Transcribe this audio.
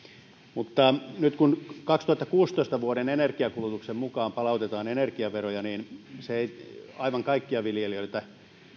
mutta nyt kun vuoden kaksituhattakuusitoista energiankulutuksen mukaan palautetaan energiaveroja se ei aivan kaikkia viljelijöitä